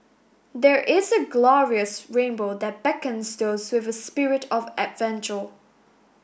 there is a glorious rainbow that beckons those with a spirit of adventure